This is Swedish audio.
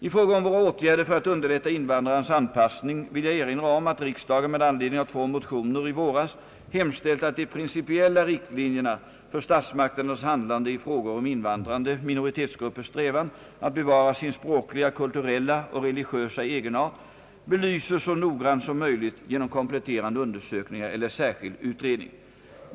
I fråga om våra åtgärder för att underlätta invandrarens anpassning vill jag erinra om att riksdagen med anledning av två motioner i våras hemställt att de principiella riktlinjerna för statsmakternas handlande i frågor om invandrande minoritetsgruppers strävan att bevara sin språkliga, kulturella och religiösa egenart belyses så noggrant som möjligt genom kompletterande undersökningar eller särskild utredning.